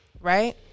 right